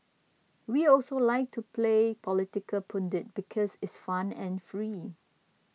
we also like to play political pundit because it's fun and free